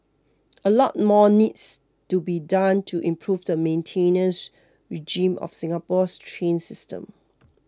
a lot more needs to be done to improve the maintenance regime of Singapore's train system